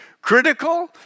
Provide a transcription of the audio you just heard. Critical